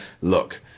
look